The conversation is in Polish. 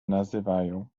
nazywają